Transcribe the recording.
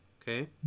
okay